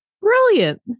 Brilliant